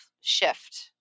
shift